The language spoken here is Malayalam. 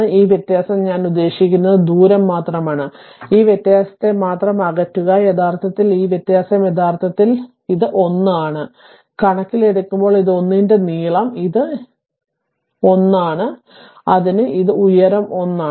ഈ വ്യത്യാസം ഞാൻ ഉദ്ദേശിക്കുന്നത് ദൂരം മാത്രമാണ് ഈ വ്യത്യാസത്തെ മാത്രം അകറ്റുക യഥാർത്ഥത്തിൽ ഈ വ്യത്യാസം യഥാർത്ഥത്തിൽ ഇത് 1 ആണ് കണക്കിലെടുക്കുമ്പോൾ ഈ 1 ന്റെ നീളം ഇത് ഇതും 1 ആണ് അതിനാൽ ഈ ഉയരവും 1 ആണ്